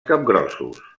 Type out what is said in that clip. capgrossos